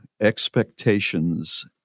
expectations